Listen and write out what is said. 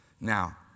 Now